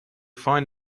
find